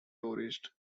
tourist